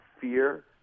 fear